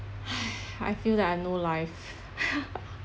!hais! I feel that I no life